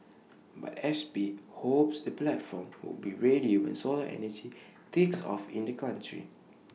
but S P hopes the platform would be ready when solar energy takes off in the country